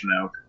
out